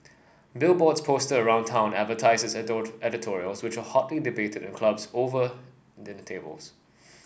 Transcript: billboards posted around town advertised his editorials which were hotly debated in clubs and over dinner tables